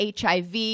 HIV